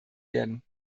werden